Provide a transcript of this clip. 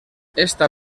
esta